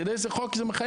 אתה יודע איזה חוק מחייב?